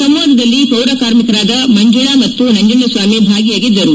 ಸಂವಾದದಲ್ಲಿ ಪೌರ ಕಾರ್ಮಿಕರಾದ ಮಂಜುಳಾ ಮತ್ತು ನಂಜುಂಡಸ್ವಾಮಿ ಭಾಗಿಯಾಗಿದ್ದರು